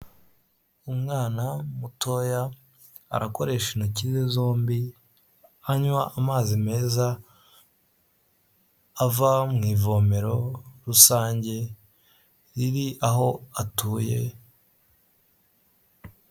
Umwana mutoya arakoresha intoki ze zombi anywa amazi meza ava mu ivomero rusange riri aho atuye.